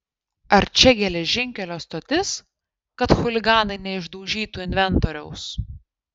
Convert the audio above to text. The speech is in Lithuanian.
ar čia geležinkelio stotis kad chuliganai neišdaužytų inventoriaus